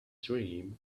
dream